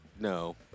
no